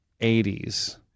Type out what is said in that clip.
80s